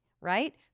right